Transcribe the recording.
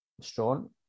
Strong